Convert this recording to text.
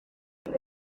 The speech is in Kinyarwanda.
nuko